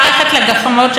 גם במושב הזה,